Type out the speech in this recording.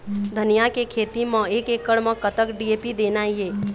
धनिया के खेती म एक एकड़ म कतक डी.ए.पी देना ये?